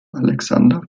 alexander